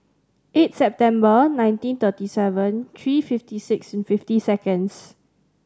eight September nineteen thirty seven three fifty six fifty seconds